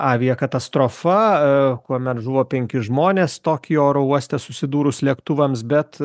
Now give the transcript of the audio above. aviakatastrofa kuomet žuvo penki žmonės tokijo oro uoste susidūrus lėktuvams bet